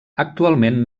actualment